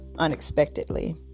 unexpectedly